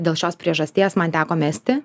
dėl šios priežasties man teko mesti